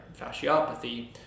fasciopathy